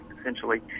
essentially